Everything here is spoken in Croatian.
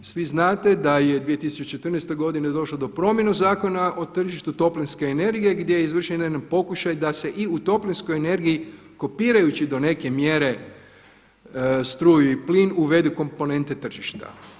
Svi znate da je 2014. godine došlo do promjene Zakona o tržištu toplinske energije gdje je izvršen i jedan pokušaj da se i u toplinskoj energiji kopirajući do neke mjere struju i plin uvedu komponente tržišta.